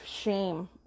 shame